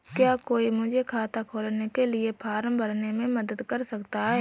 क्या कोई मुझे खाता खोलने के लिए फॉर्म भरने में मदद कर सकता है?